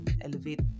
elevate